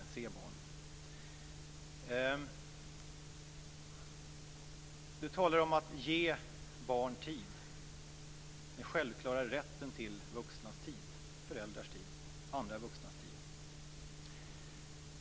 Alf Svensson talar om att ge barn tid, den självklara rätten till föräldrars och andra vuxnas tid.